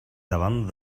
davant